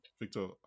Victor